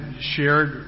shared